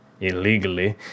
illegally